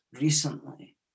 recently